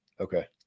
Okay